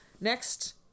next